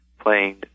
playing